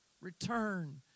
return